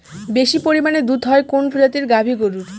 বেশি পরিমানে দুধ হয় কোন প্রজাতির গাভি গরুর?